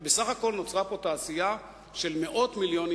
ובסך הכול נוצרה פה תעשייה של מאות מיליונים,